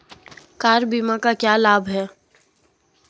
Car बीमा का क्या लाभ है?